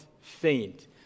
faint